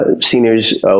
seniors